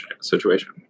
situation